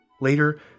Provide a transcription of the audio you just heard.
Later